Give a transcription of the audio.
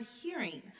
hearing